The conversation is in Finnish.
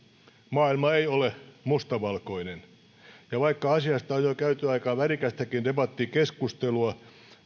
maailma ei ole mustavalkoinen ja vaikka asiasta on jo käyty aika värikästäkin debattikeskustelua